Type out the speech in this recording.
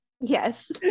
Yes